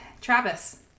Travis